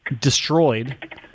destroyed